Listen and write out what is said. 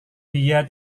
dia